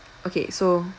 okay so